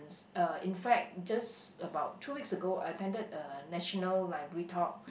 uh in fact just about two weeks ago I attended a National Library talk